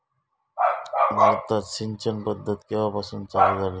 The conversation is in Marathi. भारतात सिंचन पद्धत केवापासून चालू झाली?